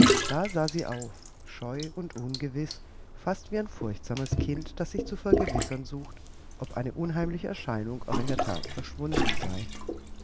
da sah sie auf scheu und ungewiß fast wie ein furchtsames kind das sich zu vergewissern sucht ob eine unheimliche erscheinung auch in der that verschwunden sei